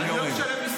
אני יורד.